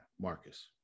Marcus